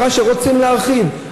מראה שרוצים להרחיב.